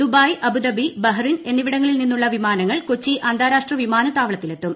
Dubai Abu Dhabi Bahrain എന്നിവിടങ്ങളിൽ നിന്നുള്ള വിമാനങ്ങൾ കൊച്ചി അന്താരാഷ്ട്രവിമാനത്താവളത്തിൽ എത്തും